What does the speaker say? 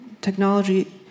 Technology